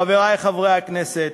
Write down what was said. חברי חברי הכנסת,